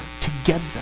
together